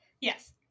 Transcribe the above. yes